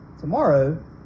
Tomorrow